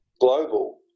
global